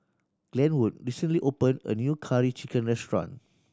Glenwood recently opened a new Curry Chicken restaurant